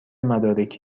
مدارکی